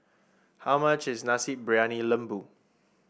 how much is Nasi Briyani Lembu